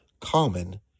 common